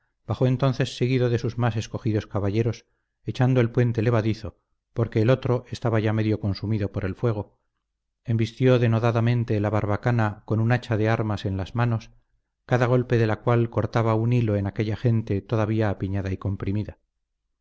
bajó entonces seguido de sus más escogidos caballeros echando el puente levadizo porque el otro estaba ya medio consumido por el fuego embistió denodadamente la barbacana con un hacha de armas en las manos cada golpe de la cual cortaba un hilo en aquella gente todavía apiñada y comprimida